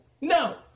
No